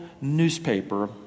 newspaper